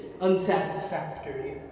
unsatisfactory